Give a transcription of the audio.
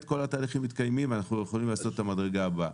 כל התהליכים מתקיימים ואנחנו יכולים לעשות את המדרג ההבאה.